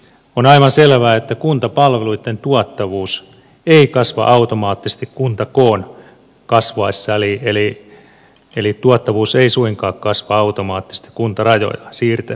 on aivan selvää että kuntapalveluitten tuottavuus ei kasva automaattisesti kuntakoon kasvaessa eli tuottavuus ei suinkaan kasva automaattisesti kuntarajoja siirtelemällä